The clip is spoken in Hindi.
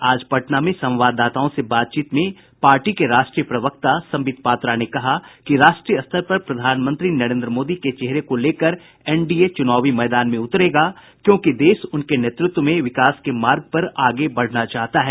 आज पटना में संवाददाताओं से बातचीत में पार्टी के राष्ट्रीय प्रवक्ता संबित पात्रा ने कहा कि राष्ट्रीय स्तर पर प्रधानमंत्री नरेन्द्र मोदी के चेहरे को लेकर एनडीए चुनावी मैदान में उतरेगा क्योंकि देश उनके नेतृत्व में विकास के मार्ग पर आगे बढना चाहता है